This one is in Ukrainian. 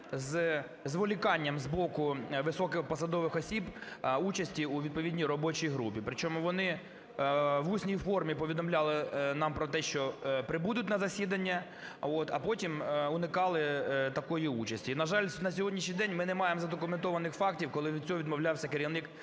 зволіканням з боку високих посадових осіб участі у відповідній робочій групі, при чому вони в усній формі повідомляли нам про те, що прибудуть на засідання, а потім уникали такої участі. І, на жаль, на сьогоднішній день ми не маємо задокументованих фактів, коли від цього відмовлявся керівник